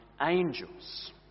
angels